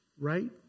right